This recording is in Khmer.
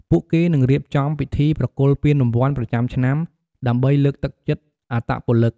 ពួកគេនឹងរៀបចំពិធីប្រគល់ពានរង្វាន់ប្រចាំឆ្នាំដើម្បីលើកទឹកចិត្តអត្តពលិក។